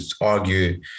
argue